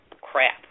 crap